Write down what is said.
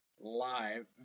live